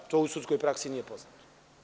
To u sudskoj praksi nije poznato.